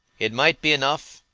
it might be enough,